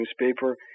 newspaper